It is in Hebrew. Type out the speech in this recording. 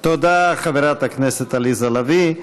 תודה, חברת הכנסת עליזה לביא.